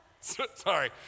Sorry